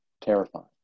terrifying